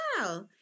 wow